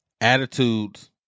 attitudes